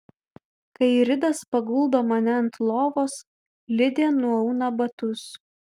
kai ridas paguldo mane ant lovos lidė nuauna batus